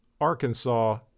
Arkansas